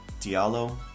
Diallo